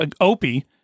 Opie